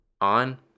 on